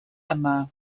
yma